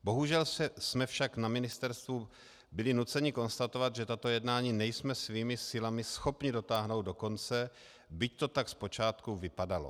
Bohužel jsme však na ministerstvu byli nuceni konstatovat, že tato jednání nejsme svými silami schopni dotáhnout do konce, byť to tak z počátku vypadalo.